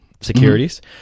securities